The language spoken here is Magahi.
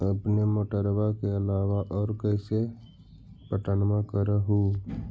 अपने मोटरबा के अलाबा और कैसे पट्टनमा कर हू?